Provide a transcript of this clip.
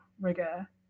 rigor